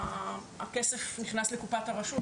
הכסף נכנס לקופת הרשות,